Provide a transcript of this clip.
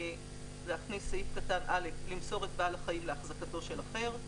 היא להכניס סעיף קטן א': "למסור את בעל החיים להחזקתו של אחר".